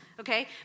okay